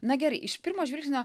na gerai iš pirmo žvilgsnio